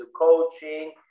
coaching